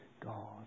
God